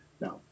now